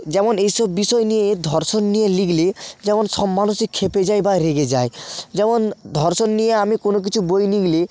যেমন এইসব বিষয় নিয়ে ধর্ষণ নিয়ে লিখলে যেমন সব মানুষই খেপে যায় বা রেগে যায় যেমন ধর্ষণ নিয়ে আমি কোনও কিছু বই লিখলে